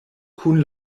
kun